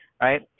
Right